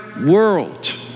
world